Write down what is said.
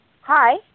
Hi